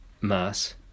Mass